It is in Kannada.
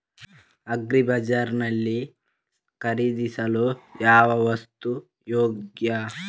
ಅಗ್ರಿ ಬಜಾರ್ ನಲ್ಲಿ ಖರೀದಿಸಲು ಯಾವ ವಸ್ತು ಯೋಗ್ಯ?